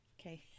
Okay